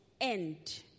end